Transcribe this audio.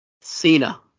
Cena